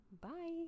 bye